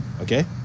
Okay